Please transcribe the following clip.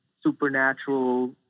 supernatural